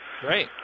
Great